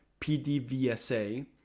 PDVSA